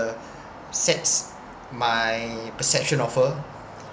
sets my perception of her